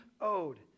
owed